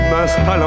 m'installant